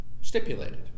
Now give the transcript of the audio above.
stipulated